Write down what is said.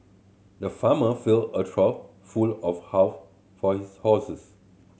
the farmer filled a trough full of half for his horses